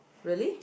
really